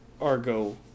Argo